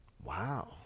wow